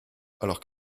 alors